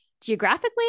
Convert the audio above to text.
geographically